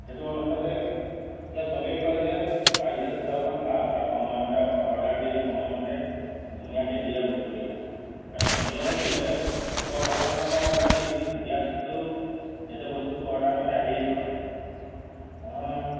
সেইটো অনুপাতে যে চবেই কয় যে পাৰিজাত হোটেলখন ভাল তাত সময়মতে অৰ্ডাৰ দিলে সময়মতে ধুনীয়াকৈ দিয়ে বস্তুকেইটা কাৰণ এয়াহে লোকে লোকৰ কথা শুনি মই অৰ্ডাৰ দিলোঁ দিয়া স্বত্বেও এতিয়া বস্তুটো অৰ্ডাৰ মতে আহিয়ে পোৱা নাই নহয় নহয়